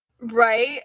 Right